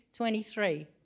23